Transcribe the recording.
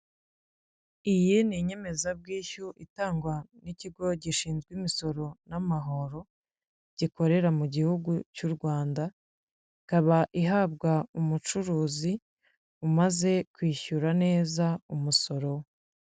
Iyi ni inyemezabwishyu itangwa n'ikigo gishinzwe imisoro n'amahoro gikorera mu gihugu cy'u Rwanda ikaba ihabwa umucuruzi umaze kwishyura neza umusoro.